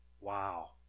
Wow